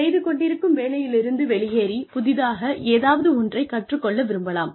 செய்து கொண்டிருக்கும் வேலையிலிருந்து வெளியேறி புதிதாக ஏதாவது ஒன்றை கற்றுக் கொள்ள விரும்பலாம்